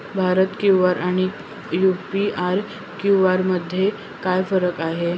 Bharat QR आणि UPI QR मध्ये काय फरक आहे?